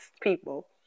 people